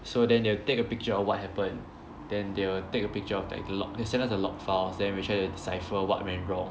so then they'll take a picture of what happened then they'll take a picture of like the log they send us the log files then we try to decipher what went wrong